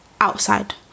outside